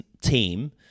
team